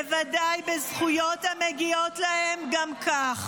בוודאי בזכויות המגיעות להם גם כך.